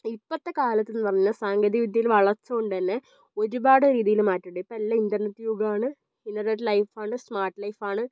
ഇപ്പോഴത്തെ കാലത്തെന്നു പറഞ്ഞാൽ സാങ്കേതിക വിദ്യയിൽ വളർച്ച കൊണ്ടുതന്നെ ഒരുപാട് രീതിയിൽ മാറ്റമുണ്ട് ഇപ്പോൾ എല്ലാം ഇന്റർനെറ്റ് യുഗമാണ് ഇന്റർനെറ്റ് ലൈഫാണ് സ്മാർട്ട് ലൈഫാണ്